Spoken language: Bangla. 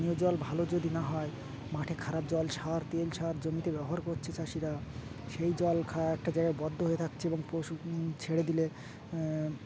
পানীয় জল ভালো যদি না হয় মাঠে খারাপ জল সার তেল সার জমিতে ব্যবহার করছে চাষিরা সেই জল খাওয়া একটা জায়গায় বদ্ধ হয়ে থাকছে এবং পশু ছেড়ে দিলে